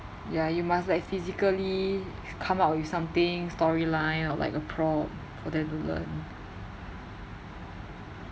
ya you must like physically come up with something storyline or like a prop for them to learn